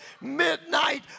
midnight